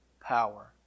power